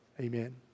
Amen